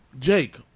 Jake